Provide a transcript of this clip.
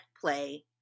play